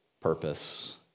purpose